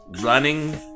running